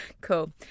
Cool